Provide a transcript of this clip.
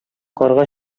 карга